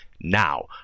now